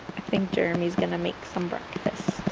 i think jeremie's gonna make some breakfast